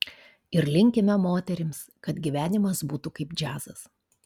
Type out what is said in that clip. ir linkime moterims kad gyvenimas būtų kaip džiazas